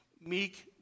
meek